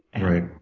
Right